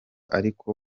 ariko